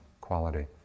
quality